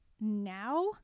now